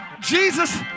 Jesus